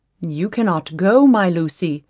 you cannot go, my lucy,